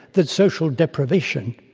that social deprivation